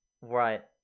right